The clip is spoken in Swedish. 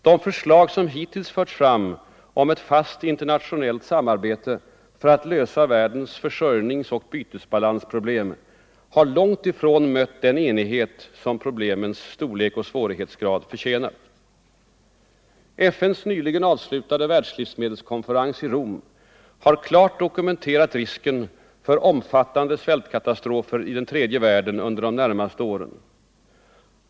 De förslag Fredagen den som hittills förts fram om ett fast internationellt samarbete för att lösa 22 november 1974 världens försörjningsoch bytesbalansproblem har långt ifrån mött den = enighet som problemens storlek och svårighetsgrad förtjänar. Ang. säkerhetsoch FN:s nyligen avslutade världslivsmedelskonferens i Rom har klart do = nedrustningsfrågorkumenterat risken för omfattande svältkatastrofer i den tredje världen = na under de närmaste åren.